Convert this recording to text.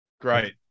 Great